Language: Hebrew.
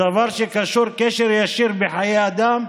בדבר שקשור בקשר ישיר בחיי אדם.